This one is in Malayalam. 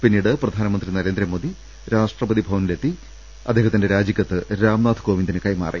പിന്നീട് പ്രധാനമന്ത്രി നരേന്ദ്രമോദി രാഷ്ട്രപതി ഭവനിലെത്തി അദ്ദേഹ ത്തിന്റെ രാജിക്കത്ത് രാംനാഥ് കോവിന്ദിന് കൈമാറി